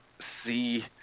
see